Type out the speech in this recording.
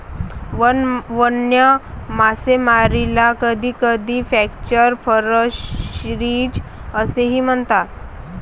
वन्य मासेमारीला कधीकधी कॅप्चर फिशरीज असेही म्हणतात